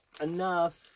enough